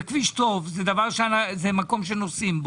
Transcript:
זה כביש טוב, זה מקום שנוסעים בו.